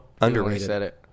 underrated